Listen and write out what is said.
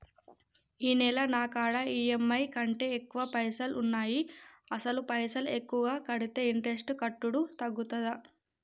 ఈ నెల నా కాడా ఈ.ఎమ్.ఐ కంటే ఎక్కువ పైసల్ ఉన్నాయి అసలు పైసల్ ఎక్కువ కడితే ఇంట్రెస్ట్ కట్టుడు తగ్గుతదా?